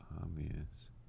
obvious